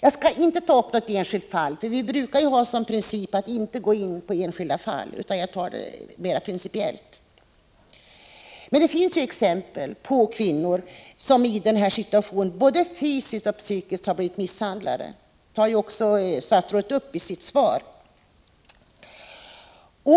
Jag skall inte ta upp något enskilt fall — vi brukar ju ha som princip att inte gå in på enskilda fall — utan jag kommer att föra ett mer principiellt resonemang. Men det finns exempel på kvinnor som i en sådan här situation har blivit misshandlade både fysiskt och psykiskt. Det nämner också statsrådet i sitt svar.